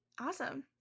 Awesome